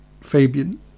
Fabian